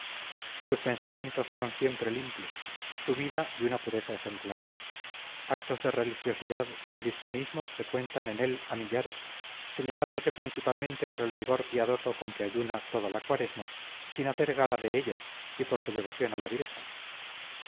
sus pensamientos son siempre limpios su vida de una pureza ejemplar actos de religiosidad y cristianismo se cuentan de él a millares señalándose principalmente por el rigor piadoso con que ayuna toda la cuaresma sin hacer gala de ello y por su devoción a la virgen